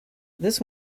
this